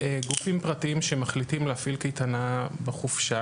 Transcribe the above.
גופים פרטיים שמחליטים להפעיל קייטנה בחופשה